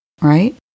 right